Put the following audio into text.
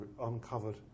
uncovered